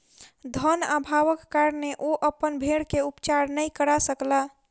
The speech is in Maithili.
धन अभावक कारणेँ ओ अपन भेड़ के उपचार नै करा सकला